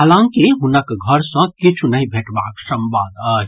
हलांकि हुनक घर सँ किछु नहि भेटबाक संवाद अछि